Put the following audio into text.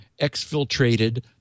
exfiltrated